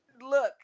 Look